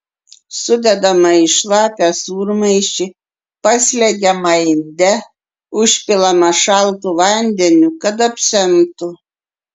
sudedama į šlapią sūrmaišį paslegiama inde užpilama šaltu vandeniu kad apsemtų